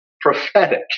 prophetic